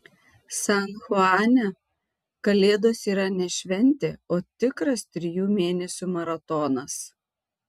san chuane kalėdos yra ne šventė o tikras trijų mėnesių maratonas